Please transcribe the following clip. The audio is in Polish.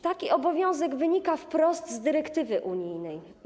Taki obowiązek wynika wprost z dyrektywy unijnej.